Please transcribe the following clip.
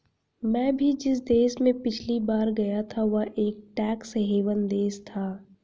मैं भी जिस देश में पिछली बार गया था वह एक टैक्स हेवन देश था